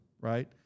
right